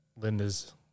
Linda's